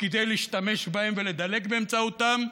להשתמש בהם ולדלג באמצעותם,